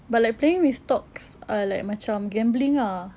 but like playing with stocks are like macam gambling ah